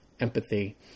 Empathy